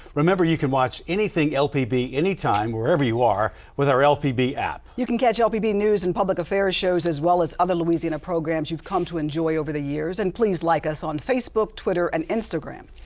remember, you can watch anything lpb, any time, wherever you are, with our lpb app. you can catch lpb news and public affairs shows as well as other louisiana programs you have come to enjoy over the years. and please like us on facebook, twitter and instagram